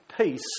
peace